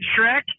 Shrek